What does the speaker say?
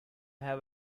have